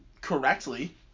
correctly